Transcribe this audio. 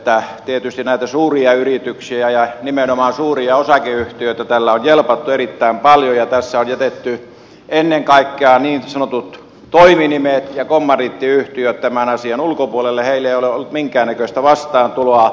tetysti näitä suuria yrityksiä ja nimenomaan suuria osakeyhtiöitä tällä on jelpattu erittäin paljon ja tässä on jätetty ennen kaikkea niin sanotut toiminimet ja kommandiittiyhtiöt tämän asian ulkopuolelle heille ei ole ollut minkäännäköistä vastaantuloa